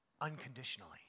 unconditionally